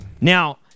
Now